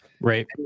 right